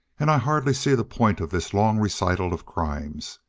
and i hardly see the point of this long recital of crimes.